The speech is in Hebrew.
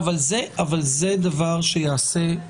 תנו